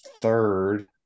third